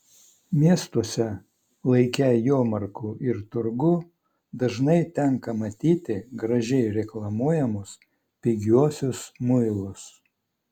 miestuose laike jomarkų ir turgų dažnai tenka matyti gražiai reklamuojamus pigiuosius muilus